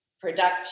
production